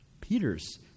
Peter's